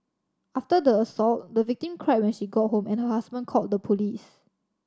after the assault the victim cried when she got home and her husband called the police